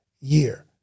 year